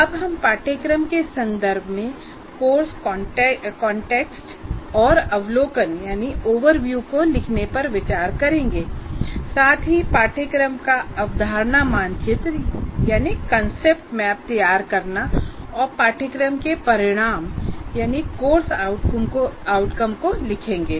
अब हम पाठ्यक्रम के संदर्भ कोर्स कॉन्टेक्स्ट और अवलोकन ओवरव्यूको लिखने पर विचार करेंगे साथ ही पाठ्यक्रम का अवधारणा मानचित्र कांसेप्ट मैपतैयार करना और पाठ्यक्रम के परिणामोंकोर्स आउटकम को लिखेंगे